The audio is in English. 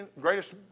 Greatest